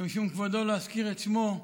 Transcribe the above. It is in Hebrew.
שמשום כבודו לא אזכיר את שמו,